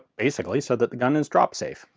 basically so that the gun is dropped safe.